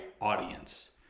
audience